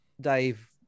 Dave